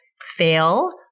fail